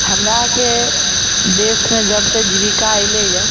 हमरा आरके देशमे जब से जीबिका अयलै यऽ